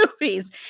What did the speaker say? movies